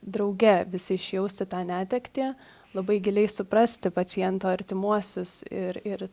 drauge visi išjausti tą netektį labai giliai suprasti paciento artimuosius ir ir